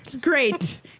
Great